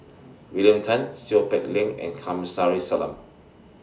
William Tan Seow Peck Leng and Kamsari Salam